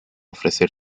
ofrecer